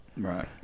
Right